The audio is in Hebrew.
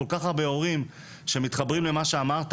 לכל כך הרבה הורים שמתחברים למה שאמרת,